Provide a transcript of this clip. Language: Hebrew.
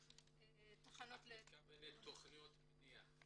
את מתכוונת לתכניות מניעה.